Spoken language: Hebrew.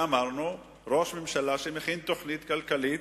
ואמרנו, ראש ממשלה שמכין תוכנית כלכלית,